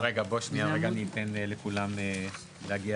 אנחנו מוסיפים גם בנק חוץ להגדרת